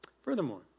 Furthermore